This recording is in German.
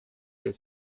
der